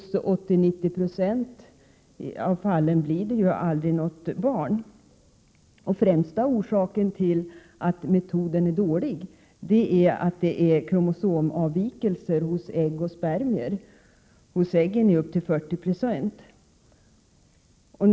Vid 80—90 96 av befruktningarna utanför kroppen blir det aldrig något barn. Främsta orsaken till att metoden inte fungerar är kromosomavvikelser hos ägg och spermier — när det gäller ägg i 40 96 av fallen.